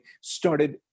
started